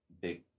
big